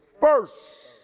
first